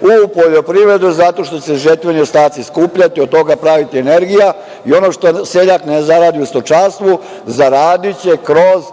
u poljoprivredu, zato što će se žetveni skupljati, od toga praviti energija i ono što seljak ne zaradi u stočarstvu, zaradiće kroz